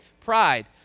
Pride